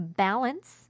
balance